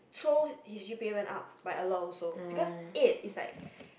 so his g_p_a went up by a lot also because eight is like